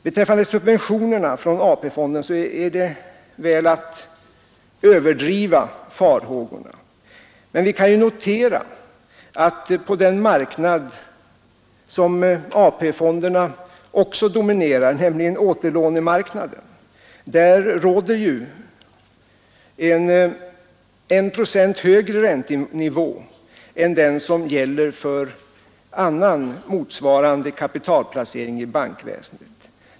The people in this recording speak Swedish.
Beträffande subventionerna från AP-fonden är det väl att överdriva farhågorna, men vi kan notera att på återlånemarknaden, råder en högre räntenivå med 1 procent än den som står allmänheten till buds vid kapitalplacering i bankväsendet.